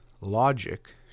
logic